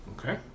Okay